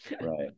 right